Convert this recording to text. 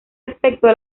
aspecto